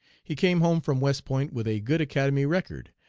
he came home from west point with a good academy record,